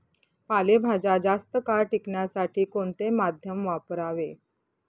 पालेभाज्या जास्त काळ टिकवण्यासाठी कोणते माध्यम वापरावे?